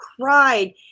cried